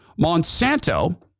Monsanto